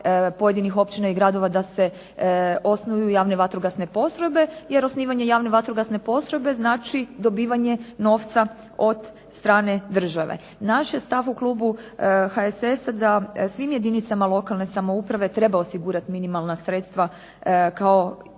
pojedinih općina i gradova da se osnuju javne vatrogasne postrojbe. Jer osnivanje javne vatrogasne postrojbe znači dobivanje novca od strane države. Naš je stav u klubu HSS-a da svim jedinicama lokalne samouprave treba osigurati minimalna sredstva kao i onim